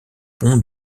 pons